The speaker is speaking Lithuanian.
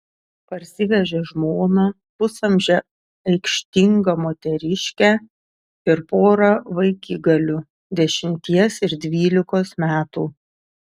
parsivežė žmoną pusamžę aikštingą moteriškę ir porą vaikigalių dešimties ir dvylikos metų